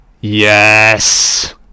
Yes